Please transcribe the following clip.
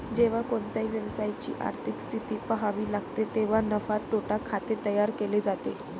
जेव्हा कोणत्याही व्यवसायाची आर्थिक स्थिती पहावी लागते तेव्हा नफा तोटा खाते तयार केले जाते